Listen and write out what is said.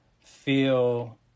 feel